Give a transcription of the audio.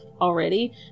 already